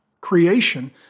creation